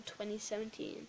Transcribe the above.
2017